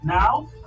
now